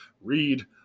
read